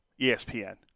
ESPN